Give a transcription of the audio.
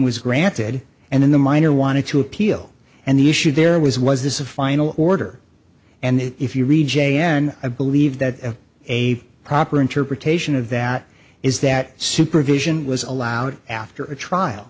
was granted and then the minor wanted to appeal and the issue there was was this a final order and if you read j n i believe that a proper interpretation of that is that supervision was allowed after a trial